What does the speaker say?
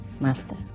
Master